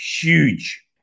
huge